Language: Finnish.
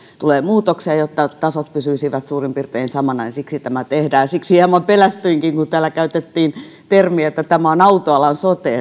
tulee muutoksia ja jotta verotasot pysyisivät suurin piirtein samana siksi tämä tehdään siksi hieman pelästyinkin että voi hyvänen aika kun täällä käytettiin termiä että tämä on autoalan sote